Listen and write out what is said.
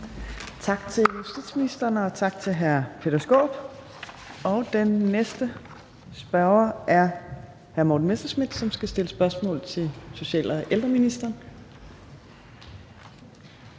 Tak til justitsministeren, og tak til hr. Peter Skaarup. Den næste spørger er hr. Morten Messerschmidt, som skal stille spørgsmål til social- og ældreministeren.